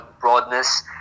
broadness